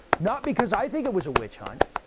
not because i think it was a witch hunt.